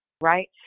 right